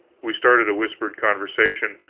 we started a whispered conversation,